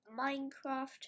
minecraft